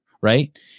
right